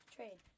Trade